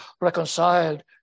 reconciled